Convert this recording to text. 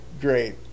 great